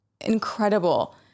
incredible